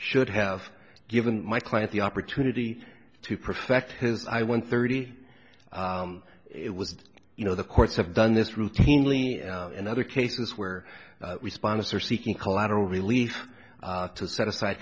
should have given my client the opportunity to perfect his i went thirty it was you know the courts have done this routinely in other cases where we sponsor seeking collateral relief to set aside